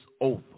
over